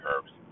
curves